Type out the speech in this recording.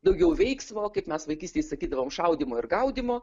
daugiau veiksmo kaip mes vaikystėj sakydavom šaudymo ir gaudymo